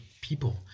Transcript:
people